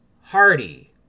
Hardy